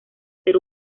ser